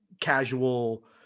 casual